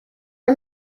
are